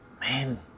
Man